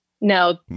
No